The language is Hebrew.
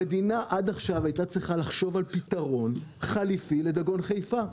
המדינה הייתה צריכה לחשוב על פתרון חליפי לדגון חיפה.